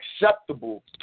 acceptable